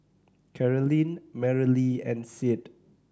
Carolyne Merrilee and Sid